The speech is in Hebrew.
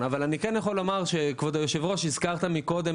אבל אני כן יכול לומר שכבוד היושב ראש הזכרת קודם